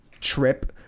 trip